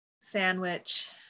sandwich